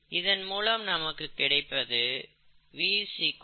இதன் மூலம் நமக்கு கிடைப்பது V VmS S S